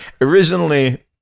Originally